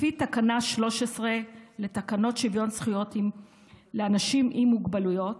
לפי תקנה 13 לתקנות שוויון זכויות לאנשים עם מוגבלויות,